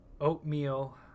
oatmeal